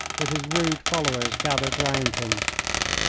with his rude followers gathered round him.